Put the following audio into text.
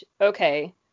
okay